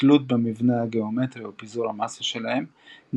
וכתלות במבנה הגאומטרי ופיזור המסה שלהם,